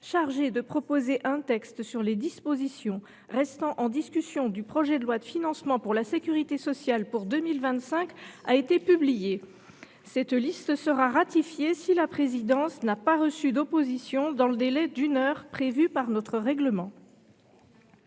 chargée d’élaborer un texte sur les dispositions restant en discussion du projet de loi de financement de la sécurité sociale pour 2025 a été publiée. Cette liste sera ratifiée si la présidence n’a pas reçu d’opposition dans le délai d’une heure prévu par notre règlement.